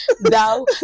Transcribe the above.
now